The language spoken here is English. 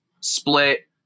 split